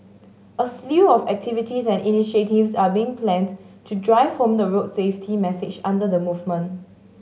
a slew of activities and initiatives are being planned to drive home the road safety message under the movement